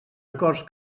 acords